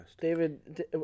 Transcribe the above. david